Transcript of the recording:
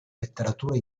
letteratura